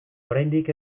oraindik